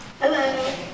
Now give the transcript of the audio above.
Hello